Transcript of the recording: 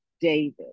David